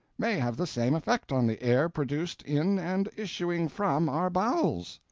may have the same effect on the air produced in and issuing from our bowels?